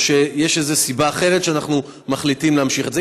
שיש איזו סיבה אחרת שאנחנו מחליטים להמשיך את זה?